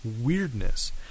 weirdness